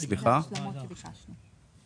שטענו שהן עושות סעד.